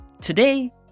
Today